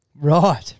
Right